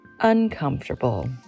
uncomfortable